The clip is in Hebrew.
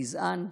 גזען,